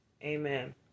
Amen